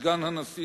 כסגן הנשיא,